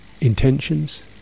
intentions